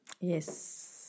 Yes